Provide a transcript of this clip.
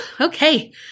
okay